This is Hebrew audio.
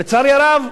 ולצערי הרב,